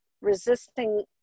resisting